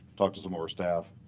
talk to some of our staff.